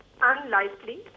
Unlikely